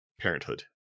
Parenthood